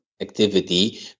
activity